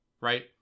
right